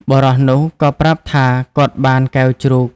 បុរសនោះក៏ប្រាប់ថាគាត់បានកែវជ្រូក។